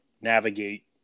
navigate